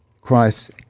christ